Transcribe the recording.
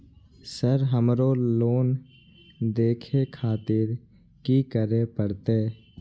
Sir हमरो loan देखें खातिर की करें परतें?